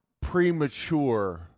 premature